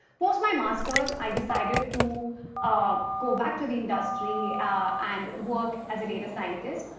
post my master's, i decided to um go back to the industry and work as a data scientist.